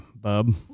bub